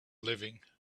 living